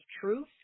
truth